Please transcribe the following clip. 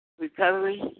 Recovery